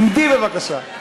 עמדי, בבקשה.